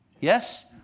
Yes